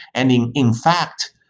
and in in fact,